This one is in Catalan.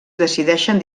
decideixen